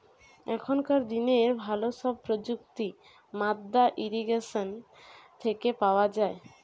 এখনকার দিনের ভালো সব প্রযুক্তি মাদ্দা ইরিগেশন থেকে পাওয়া যায়